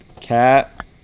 Cat